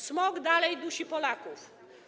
Smog dalej dusi Polaków.